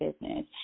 business